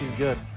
good.